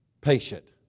patient